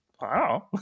wow